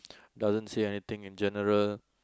doesn't say anything in general